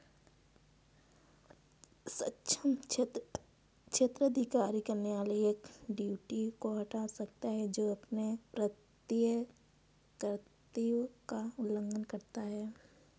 सक्षम क्षेत्राधिकार का न्यायालय एक ट्रस्टी को हटा सकता है जो अपने प्रत्ययी कर्तव्य का उल्लंघन करता है